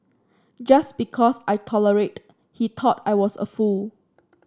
just because I tolerated he thought I was a fool